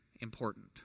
important